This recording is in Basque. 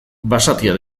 basatia